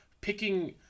picking